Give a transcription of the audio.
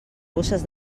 bosses